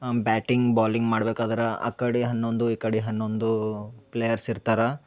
batting bowling ಮಾಡ್ಬೇಕಾದ್ರೆ ಆ ಕಡೆ ಹನ್ನೊಂದು ಈ ಕಡೆ ಹನ್ನೊಂದು ಪ್ಲೇಯರ್ಸ್ ಇರ್ತಾರೆ